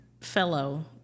fellow